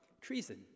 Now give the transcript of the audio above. treason